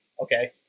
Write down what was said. okay